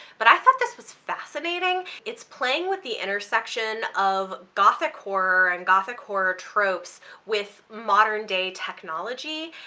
but i thought this was fascinating. it's playing with the intersection of gothic horror and gothic horror tropes with modern day technology,